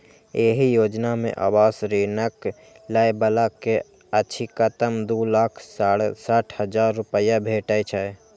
एहि योजना मे आवास ऋणक लै बला कें अछिकतम दू लाख सड़सठ हजार रुपैया भेटै छै